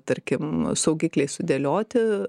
tarkim saugikliai sudėlioti